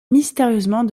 mystérieusement